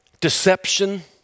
deception